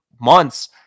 months